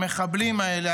המחבלים האלה,